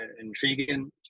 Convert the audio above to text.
intriguing